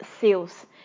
sales